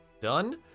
done